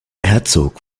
herzog